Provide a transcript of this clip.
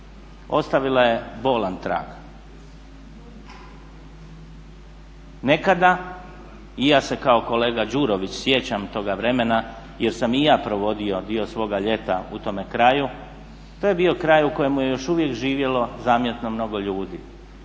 ostavila je bolan trag. Nekada i ja se kao kolega Đurović sjećam toga vremena jer sam i ja provodio dio svoga ljeta u tome kraju. To je bio kraj u kojemu je još uvijek živjelo zamjetno mnogo ljudi,